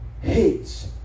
hates